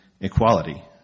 equality